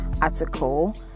article